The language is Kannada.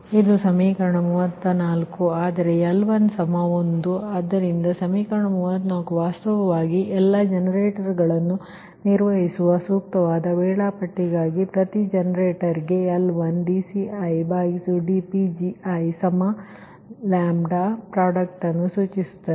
ಆದ್ದರಿಂದ ಸಮೀಕರಣ 34 ವಾಸ್ತವವಾಗಿ ಎಲ್ಲಾ ಜನರೇಟರ್ಗಳನ್ನು ನಿರ್ವಹಿಸುವ ಸೂಕ್ತವಾದ ವೇಳಾಪಟ್ಟಿಗಾಗಿ ಪ್ರತಿ ಜನರೇಟರ್ಗೆ LidCidPgiλ ಪ್ರಾಡಕ್ಟ ಅನ್ನು ಸೂಚಿಸುತ್ತದೆ